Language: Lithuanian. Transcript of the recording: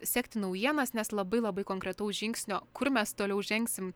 sekti naujienas nes labai labai konkretaus žingsnio kur mes toliau žengsim